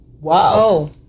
Wow